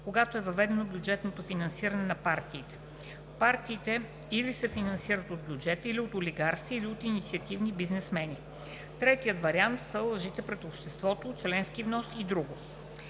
когато е въведено бюджетното финансиране на партиите. Партиите или се финансират от бюджета, или от олигарси, или от „инициативни бизнесмени“. Третият вариант са лъжите пред обществото – членски внос и друго.